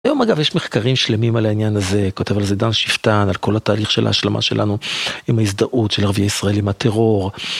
היום אגב יש מחקרים שלמים על העניין הזה, כותב על זה דן שיפטן, על כל התהליך של ההשלמה שלנו עם ההזדהות של ערבי ישראל עם הטרור.